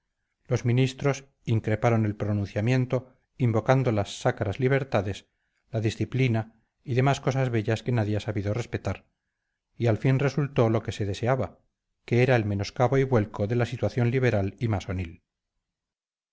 los ministros increparon el pronunciamiento invocando las sacras libertades la disciplina y demás cosas bellas que nadie ha sabido respetar y al fin resultó lo que se deseaba que era el menoscabo y vuelco de la situación liberal y masonil